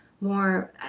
more